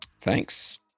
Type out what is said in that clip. Thanks